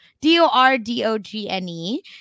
D-O-R-D-O-G-N-E